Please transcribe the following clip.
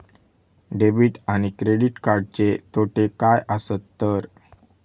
Debit आणि credit कार्डचे तोटे काय आसत तर?